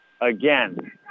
again